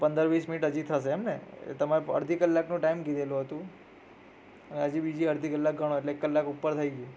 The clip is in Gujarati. પંદર વીસ મિનિટ હજી થશે એમ ને તમે અડધી કલાકનો ટાઈમ કીધેલું હતું હજી બીજી અડધી કલાક ગણો એટલે એક કલાક ઉપર થઈ ગયું